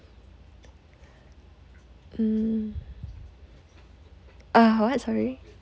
mm uh what sorry